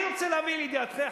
אני רוצה להביא לידיעתכם,